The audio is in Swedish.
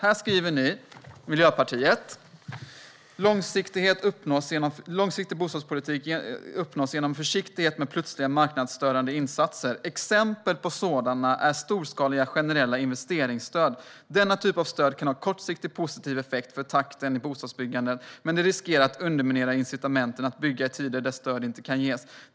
I den skriver Miljöpartiet: "Långsiktighet uppnås genom försiktighet med plötsliga marknadsstörande insatser. Exempel på sådana är storskaliga generella investeringsstöd. Denna typ av stöd kan ha en kortsiktig positiv effekt för takten i bostadsbyggandet, men de riskerar att underminera incitamenten att bygga i tider där stöd inte kan ges.